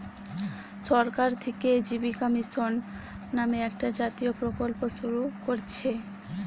সরকার থিকে জীবিকা মিশন নামে একটা জাতীয় প্রকল্প শুরু কোরছে